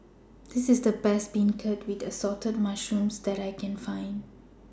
This IS The Best Beancurd with Assorted Mushrooms that I Can Find